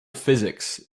physics